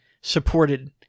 supported